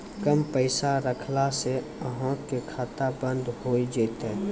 कम पैसा रखला से अहाँ के खाता बंद हो जैतै?